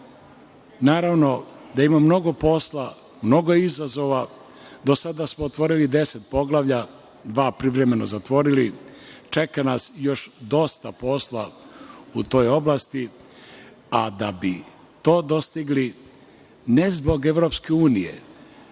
naravno da ima mnogo posla, mnogo izazova. Do sada smo otvorili deset poglavlja, dva privremeno zatvorili, čeka nas još dosta posla u toj oblasti, a da bi to dostigli, ne zbog Evropske unije,